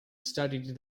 studied